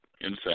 Insane